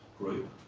group,